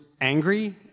angry